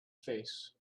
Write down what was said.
face